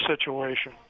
situation